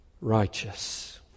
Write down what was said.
righteous